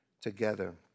together